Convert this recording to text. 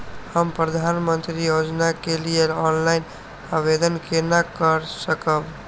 हम प्रधानमंत्री योजना के लिए ऑनलाइन आवेदन केना कर सकब?